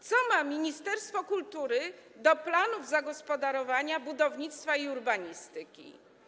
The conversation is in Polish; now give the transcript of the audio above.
Co ma ministerstwo kultury do planów zagospodarowania, budownictwa i urbanistyki?